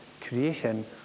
creation